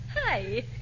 Hi